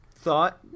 thought